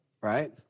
right